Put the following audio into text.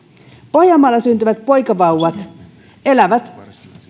pohjanmaalla syntyvät poikavauvat elävät